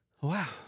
Wow